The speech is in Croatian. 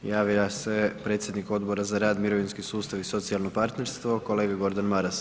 Javio se predsjednik Odbora za rad, mirovinski sustav i socijalno partnerstvo kolega Gordan Maras.